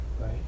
right